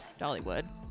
Dollywood